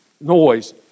noise